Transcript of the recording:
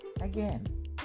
again